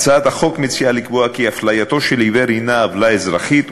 בהצעת החוק מוצע לקבוע כי הפליית עיוור היא עוולה אזרחית,